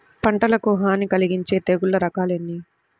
పంటకు హాని కలిగించే తెగుళ్ల రకాలు ఎన్ని?